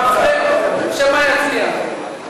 שמא יצליח.